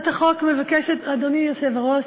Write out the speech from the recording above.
אדוני היושב-ראש,